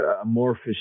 amorphous